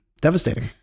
devastating